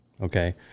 okay